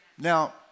Now